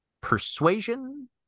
persuasion